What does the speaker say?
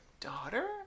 daughter